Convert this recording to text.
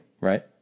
right